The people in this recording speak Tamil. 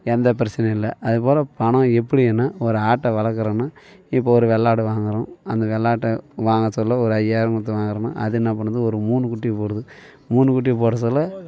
எந்த பிரச்சனையும் இல்லை அதுபோல் பணம் எப்படின்னா ஒரு ஆட்டை வளக்கிறோம்னா இப்போது ஒரு வெள்ளாடு வாங்குகிறோம் அந்த வெள்ளாட்டை வாங்க சொல்ல ஒரு ஐயாயிரம் கொடுத்து வாங்குகிறோம்னா அது என்ன பண்ணுது ஒரு மூணு குட்டி போடுது மூணு குட்டி போட சொல்ல